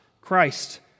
Christ